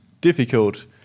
difficult